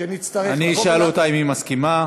אני אשאל אותה אם היא מסכימה.